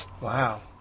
wow